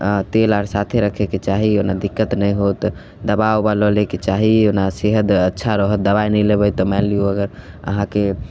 हँ तेल आर साथे रखैके चाही ओना दिक्कत नहि होत दवा उवा लऽ लैके चाही ओना सेहत अच्छा रहत दवाइ नहि लेबै तऽ मानि लिऔ अगर अहाँके